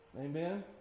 Amen